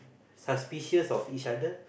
suspicious of each other